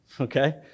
okay